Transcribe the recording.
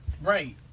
Right